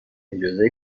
اجازه